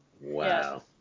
Wow